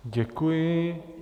Děkuji.